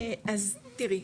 אז תראי,